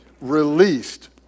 released